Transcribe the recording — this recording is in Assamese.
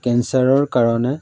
কেঞ্চাৰৰ কাৰণে